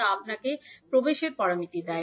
তা আপনাকে প্রবেশের প্যারামিটার দেয়